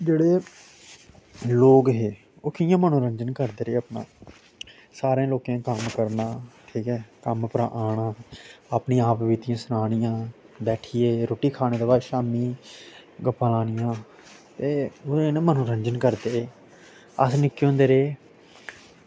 जेह्ड़े लोग हे ओह् कियां मनोरंजन करदे रेह् अपना सारें लोकें कम्म करना ठीक ऐ कम्म परा आना अपने आप बीतियां सनानियां बैठियै रुट्टी खानै दे बाद शामीं गप्पां लानियां एह् मनोरंजन करदे हे अस निक्के होंदे रेह्